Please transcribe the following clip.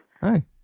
Hi